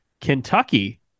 Kentucky